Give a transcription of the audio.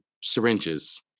syringes